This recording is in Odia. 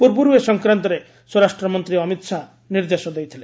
ପୂର୍ବରୁ ଏ ସଂକ୍ରାନ୍ତରେ ସ୍ୱରାଷ୍ଟ୍ର ମନ୍ତ୍ରୀ ଅମିତ ଶାହା ନିର୍ଦ୍ଦେଶ ଦେଇଥିଲେ